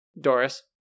doris